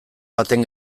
baten